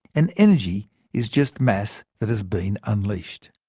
and energy is just mass that has been unleashed.